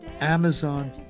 Amazon